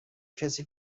کسی